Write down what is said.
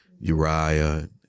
Uriah